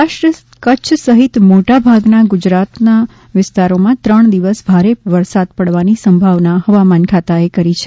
સૌરાષ્ટ્ર કચ્છ સહિત મોટા ભાગ ના ગુજરાત માં આગામી ત્રણ દિવસ ભારે વરસાદ પાડવાની સંભાવના હવામાન ખાતા એ કરી છે